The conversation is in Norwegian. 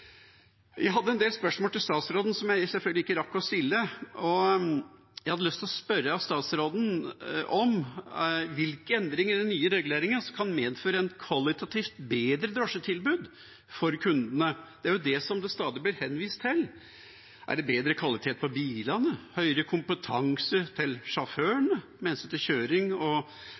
Jeg hadde en del spørsmål til statsråden som jeg selvfølgelig ikke rakk å stille. Jeg hadde lyst til å spørre statsråden om hvilke endringer i den nye reguleringen som kan medføre et kvalitativt bedre drosjetilbud for kundene. Det er jo det som det stadig blir henvist til. Er det bedre kvalitet på bilene, høyere kompetanse hos sjåførene med hensyn til kjøring